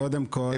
קודם כול,